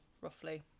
roughly